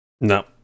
No